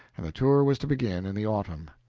and the tour was to begin in the autumn.